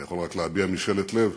אני יכול רק להביע משאלת לב,